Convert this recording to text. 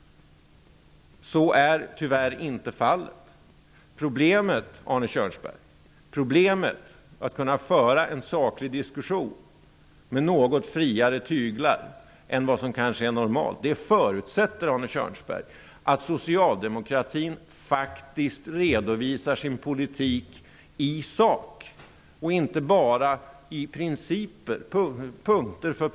Så är tyvärr inte fallet. Problemet, Arne Kjörnsberg, är att kunna föra en saklig diskussion med något friare tyglar än vad som kanske är normalt. Det förutsätter att Socialdemokraterna redovisar sin politik i sak och inte bara i princippunkter.